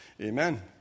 amen